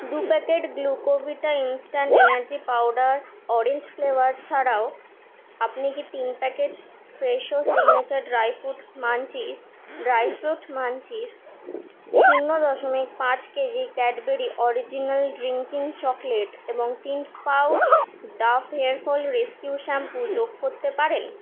দু packet Glucovita instant energy powder orange flavour ছাড়াও আপনি কি তিন packet Fresho signature dry fruit munchies dry fruit munchies শূন্য দশমিক পাঁচ KG Cadbury original drinking chocolate এবং তিন pouch Dove hair fall rescue shampoo যোগ করতে পারেন